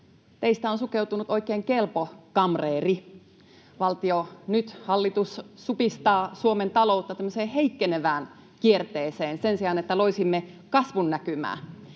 teistä on sukeutunut oikein kelpo kamreeri. Valtio, hallitus, nyt supistaa Suomen taloutta tämmöiseen heikkenevään kierteeseen sen sijaan, että loisimme kasvun näkymää.